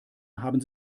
haben